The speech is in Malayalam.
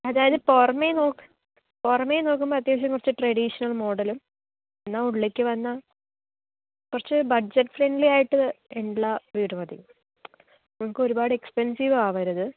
അതായത് പുറമേ നോക്ക് പുറമേ നോക്കുമ്പോൾ അത്യാവശ്യം കുറച്ചു ട്രഡീഷണൽ മോഡലും എന്നാൽ ഉള്ളിലേക്ക് വന്നാൽ കുറച്ചു ബഡ്ജറ്റ് ഫ്രണ്ട്ലി ആയിട്ട് ഉള്ള വീട് മതി നമുക്കൊരുപാട് എക്സ്പെൻസിവ് ആവരുത്